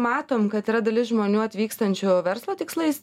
matom kad yra dalis žmonių atvykstančių verslo tikslais